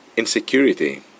insecurity